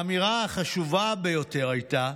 האמירה החשובה ביותר הייתה: